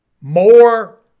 More